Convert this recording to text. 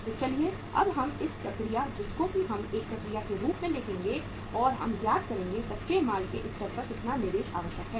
तो चलिए अब हम इस प्रक्रिया जिसको कि हम एक प्रक्रिया के रूप में देखेंगे और हम ज्ञात करेंगे कच्चे माल के स्तर पर कितना निवेश आवश्यक है